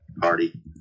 party